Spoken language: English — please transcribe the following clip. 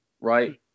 right